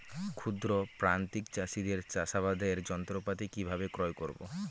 ক্ষুদ্র প্রান্তিক চাষীদের চাষাবাদের যন্ত্রপাতি কিভাবে ক্রয় করব?